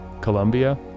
Colombia